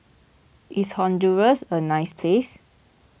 is Honduras a nice place